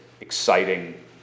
exciting